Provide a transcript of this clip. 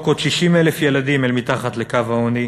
עוד 60,000 ילדים אל מתחת לקו העוני.